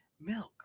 milk